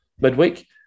midweek